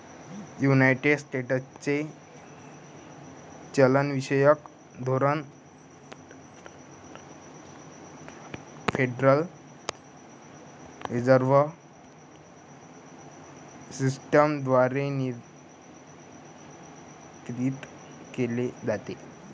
United स्टेट्सचे चलनविषयक धोरण फेडरल रिझर्व्ह सिस्टम द्वारे नियंत्रित केले जाते